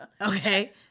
Okay